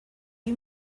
you